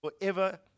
forever